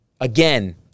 again